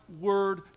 word